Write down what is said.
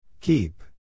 Keep